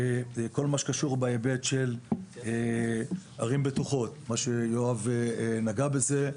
כל מה שקשור בהיבט של ערים בטוחות, שיואב נגע בזה,